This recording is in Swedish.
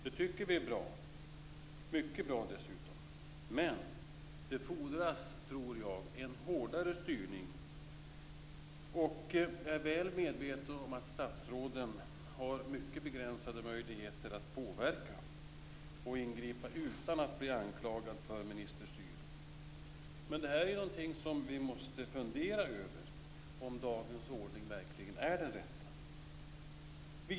Vi tycker att detta är bra, ja mycket bra, men jag tror att det fordras en hårdare styrning. Jag är mycket väl medveten om att statsråden har mycket begränsade möjligheter att påverka och ingripa utan att bli anklagade för ministerstyre, men vi måste fundera över om dagens ordning verkligen är den rätta.